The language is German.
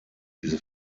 diese